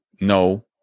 no